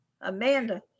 Amanda